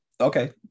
Okay